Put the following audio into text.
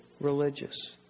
religious